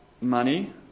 money